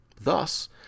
Thus